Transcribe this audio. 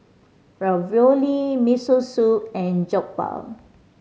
Ravioli Miso Soup and Jokbal